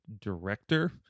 director